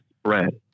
spread